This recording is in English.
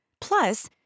Plus